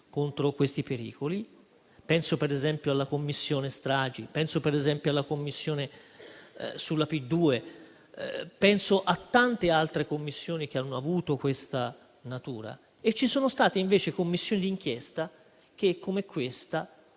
contro questi pericoli: penso, ad esempio, alla Commissione stragi, alla Commissione sulla P2 e a tante altre Commissioni che hanno avuto questa natura. Ci sono state, invece, Commissioni d'inchiesta che, come questa,